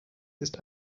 ist